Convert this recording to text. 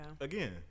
Again